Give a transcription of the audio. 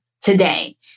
today